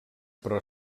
però